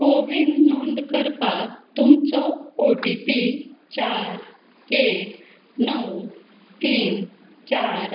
कोविन नोंद करपाक तुमचो ओ टी पी चार एक णव तीन चार